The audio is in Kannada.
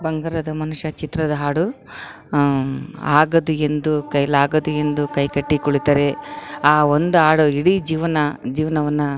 ಬಂಗಾರದ ಮನುಷ್ಯ ಚಿತ್ರದ ಹಾಡು ಆಗದು ಎಂದು ಕೈಲಾಗದು ಎಂದು ಕೈಕಟ್ಟಿ ಕುಳಿತರೆ ಆ ಒಂದು ಹಾಡು ಇಡೀ ಜೀವನ ಜೀವನವನ್ನು